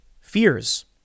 Fears